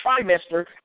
trimester